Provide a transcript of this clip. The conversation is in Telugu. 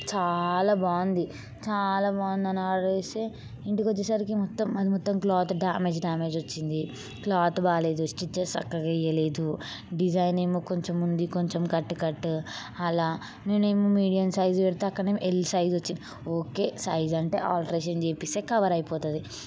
చాలా బాగుంది చాలా బాగుంది అని ఆర్డర్ చేస్తే ఇంటికి వచ్చే సరికి మొత్తం అది మొత్తం క్లాత్ డామేజ్ డామేజ్ వచ్చింది క్లాత్ బాగలేదు స్టిచెస్ చక్కగా వెయ్యలేదు డిజైన్ ఏమో కొంచెముంది కొంచెం కట్ కట్ అలా నేను ఏమో మీడియం సైజ్ పెడితే అక్కడేమో ఎల్ సైజ్ వచ్చింది ఒకే సైజ్ అంటే ఆల్టరేషన్ చేపిస్తే కవర్ అయిపోతుంది